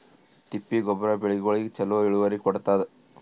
ತಿಪ್ಪಿ ಗೊಬ್ಬರ ಬೆಳಿಗೋಳಿಗಿ ಚಲೋ ಇಳುವರಿ ಕೊಡತಾದ?